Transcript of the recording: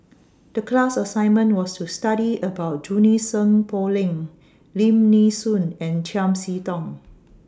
The class assignment was to study about Junie Sng Poh Leng Lim Nee Soon and Chiam See Tong